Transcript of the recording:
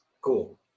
cool